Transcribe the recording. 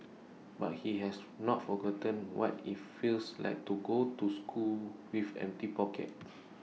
but he has not forgotten what IT feels like to go to school with empty pockets